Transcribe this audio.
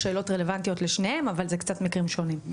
השאלות רלוונטיות לשניהם אבל זה קצת מקרים שונים.